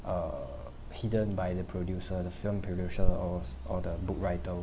err hidden by the producer the film producer or or the book writer